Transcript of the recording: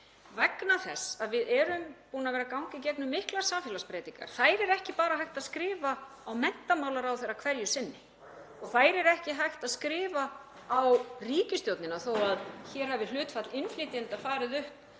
vegna þess að við erum búin að vera að ganga í gegnum miklar samfélagsbreytingar. Þær er ekki bara hægt að skrifa á menntamálaráðherra hverju sinni og þær er ekki hægt að skrifa á ríkisstjórnina. Þótt hér hafi hlutfall innflytjenda hækkað frá